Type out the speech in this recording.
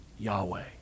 Yahweh